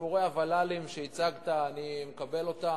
סיפורי הוול"לים שהצגת, אני מקבל אותם.